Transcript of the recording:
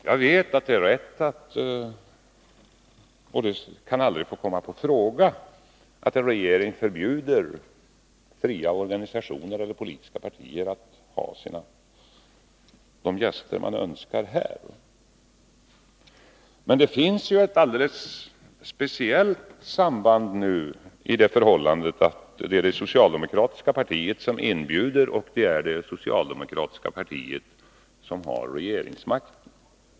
Jag vet att det aldrig kan få komma i fråga att en regering förbjuder fria organisationer eller politiska partier att inbjuda de gäster man önskar se här. Men det finns ett alldeles speciellt samband i det förhållandet att det är det socialdemokratiska partiet som inbjuder och att det är det socialdemokratiska partiet som har regeringsmakten.